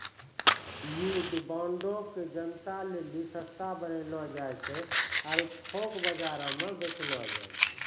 युद्ध बांडो के जनता लेली सस्ता बनैलो जाय छै आरु थोक बजारो मे बेचलो जाय छै